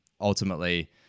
ultimately